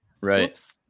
Right